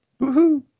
woohoo